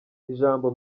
ijambo